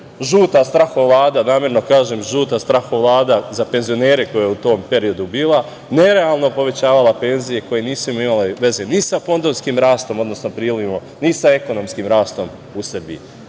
žuta strahovlada, namerno kažem – žuta strahovlada, za penzionere koje je u tom periodu bila, nerealno povećavala penzije, koje nisu imale veze ni sa fondovskim rastom, odnosno prilivom, ni sa ekonomskim rastom u Srbiji,